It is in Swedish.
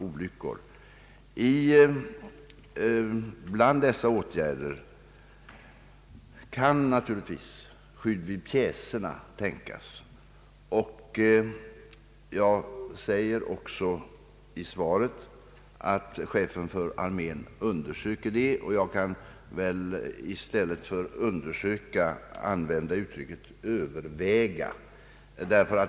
En sådan tänkbar åtgärd är naturligtvis anordnande av skydd vid pjäserna. I mitt svar sade jag också att chefen för armén undersöker denna fråga — i stället för »un dersöker» kan jag i själva verket säga: överväger.